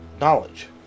knowledge